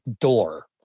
door